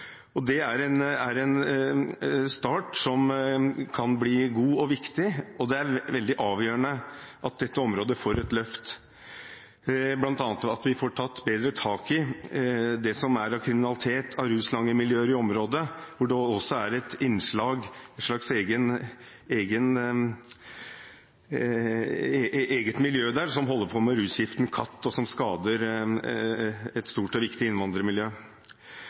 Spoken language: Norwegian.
jeg. Det er en start som kan bli god og viktig. Det er veldig avgjørende at dette området får et løft, bl.a. ved at vi får tatt bedre tak i det som er av kriminalitet, rus og langermiljøer i området, hvor det også er et eget miljø som holder på med rusgiften khat, og som skader et stort og viktig innvandrermiljø.